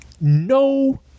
no